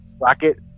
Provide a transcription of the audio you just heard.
rocket